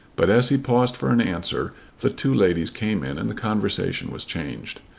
but as he paused for an answer the two ladies came in and the conversation was changed.